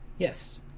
Yes